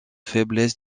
faiblesse